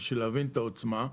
צריך להבין את העוצמה.